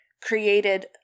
created